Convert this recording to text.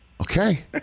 Okay